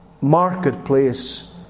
marketplace